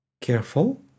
Careful